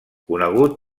conegut